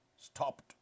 stopped